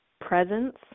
presence